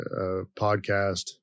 podcast